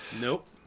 Nope